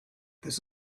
this